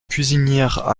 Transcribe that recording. cuisinière